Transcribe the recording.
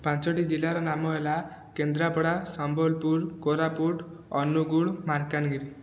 ପାଞ୍ଚୋଟି ଜିଲ୍ଲାର ନାମ ହେଲା କେନ୍ଦ୍ରାପଡ଼ା ସମ୍ବଲପୁର କୋରାପୁଟ ଅନୁଗୁଳ ମାଲକାନଗିରି